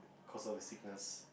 cause of a sickness